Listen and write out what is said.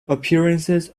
appearances